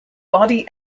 body